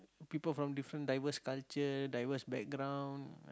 people from different diverse culture diverse background